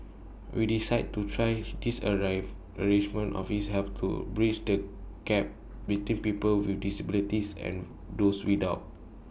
we decided to try this arrive arrangement of its helps to bridge the gap between people with disabilities and those without